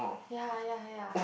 ya ya ya